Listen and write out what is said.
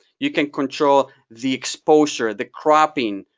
you can control the exposure, the cropping,